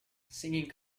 singing